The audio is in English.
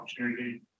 opportunity